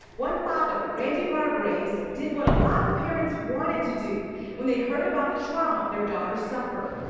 one father randy margraves did what a lot of parents wanted to do when they heard about the trauma their daughters suffered.